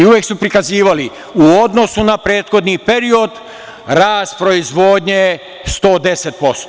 Uvek su prikazivali u odnosu na prethodni period rast proizvodnje 110%